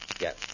Yes